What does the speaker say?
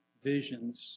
visions